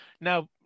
Now